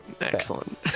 excellent